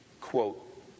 quote